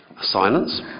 Silence